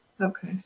Okay